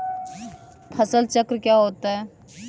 फसल चक्र क्या होता है?